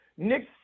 Nick